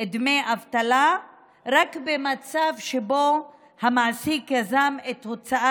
דמי אבטלה רק במצב שבו המעסיק יזם את הוצאת